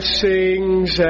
sings